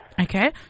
Okay